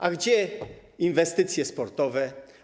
A gdzie inwestycje sportowe?